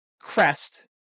crest